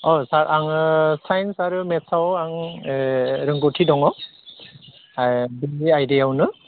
अ सार आङो साइन्स आरो मेट्सआव आं रोंगौथि दङ बे आयदायावनो